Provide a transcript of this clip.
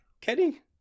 Kenny